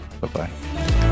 bye-bye